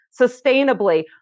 sustainably